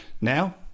Now